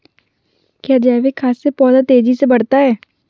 क्या जैविक खाद से पौधा तेजी से बढ़ता है?